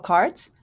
Cards